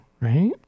Right